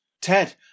Ted